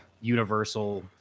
...universal